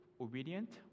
obedient